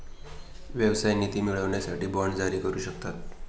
व्यवसाय निधी मिळवण्यासाठी बाँड जारी करू शकता